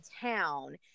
town